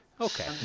okay